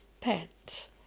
pet